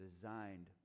designed